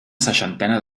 seixantena